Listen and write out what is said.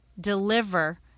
deliver